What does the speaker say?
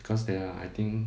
because there are I think